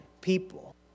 people